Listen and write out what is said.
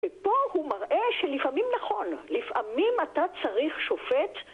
ופה הוא מראה שלפעמים נכון, לפעמים אתה צריך שופט